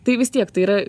tai vis tiek tai yra